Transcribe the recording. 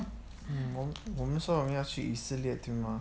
我们我们说我们要去伊斯兰对吗